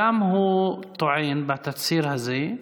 שם הוא טוען, בתצהיר הזה,